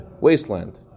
wasteland